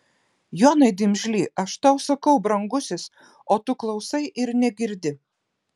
jonai dimžly aš tau sakau brangusis o tu klausai ir negirdi